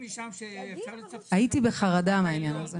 הייתי בחרדה מהעניין הזה.